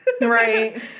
Right